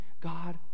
God